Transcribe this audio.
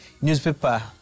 newspaper